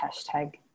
hashtag